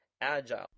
agile